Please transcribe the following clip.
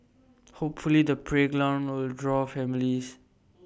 hopefully the playground will draw families